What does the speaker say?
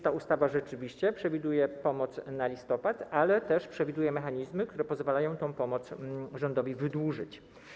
Ta ustawa przewiduje więc pomoc na listopad, ale też przewiduje mechanizmy, które pozwalają tę pomoc rządowi wydłużyć.